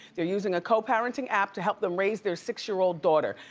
they're using a co-parenting app to help them raise their six year old daughter.